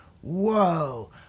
Whoa